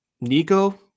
Nico